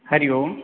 Hari Om